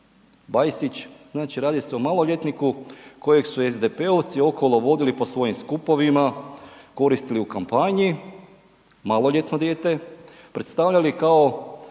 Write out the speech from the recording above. Bajsić znači radi se o maloljetniku kojeg su SDP-ovci okolo vodili po svojim skupovima, koristili u kampanji, maloljetno dijete, predstavljali kao